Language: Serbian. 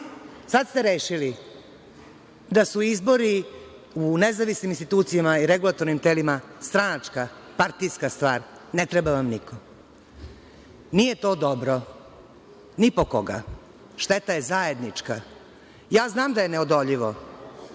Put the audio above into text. Sada ste rešili da su izboru u nezavisnim institucijama i regulatornim telima stranačka, partijska stvar. Ne treba vam niko. Nije to dobro ni po koga. Šteta je zajednička. Znam da je neodoljivo,